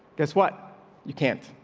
guess what you can't.